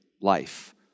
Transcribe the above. life